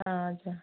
हजुर